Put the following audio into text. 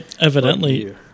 evidently